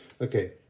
okay